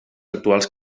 actuals